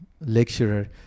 lecturer